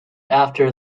after